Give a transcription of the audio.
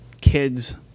kids